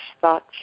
thoughts